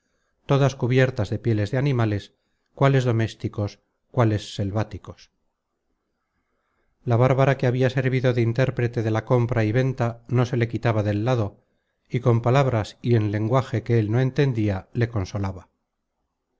todas cubiertas de pieles de animales cuáles domésticos cuáles selváticos la bárbara que habia servido de intérprete de la compra y venta no se le quitaba del lado y con palabras y en lenguaje que él no entendia le consolaba